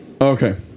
Okay